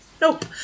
nope